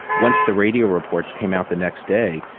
once the radio reports came out, the next day,